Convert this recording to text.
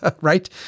right